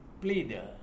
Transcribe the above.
pleader